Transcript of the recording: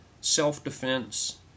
self-defense